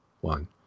one